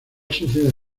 sociedad